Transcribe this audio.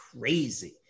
crazy